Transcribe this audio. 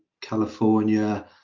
California